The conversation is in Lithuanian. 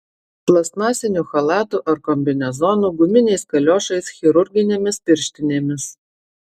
plastmasiniu chalatu ar kombinezonu guminiais kaliošais chirurginėmis pirštinėmis